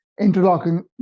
interlocking